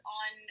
on